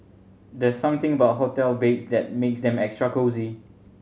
there's something about hotel beds that makes them extra cosy